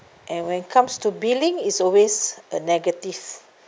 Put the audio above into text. and when it comes to billing it's always a negative